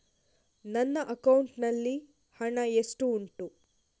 ನನ್ನ ಅಕೌಂಟ್ ನಲ್ಲಿ ಎಷ್ಟು ಹಣ ಉಂಟು?